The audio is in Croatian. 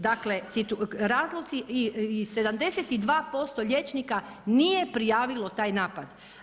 Dakle, razlozi i 72% liječnika nije prijavilo taj napad.